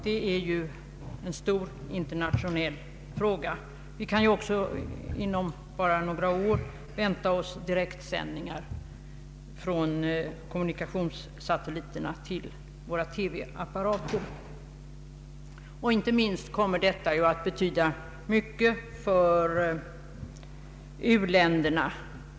Detta är ju en stor internationell fråga. Vi kan också inom bara några få år vänta oss direktsändningar från kommunikationssatelliter till våra TV-apparater. Inte minst kommer dessa att betyda mycket för u-länderna.